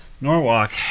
Norwalk